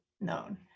known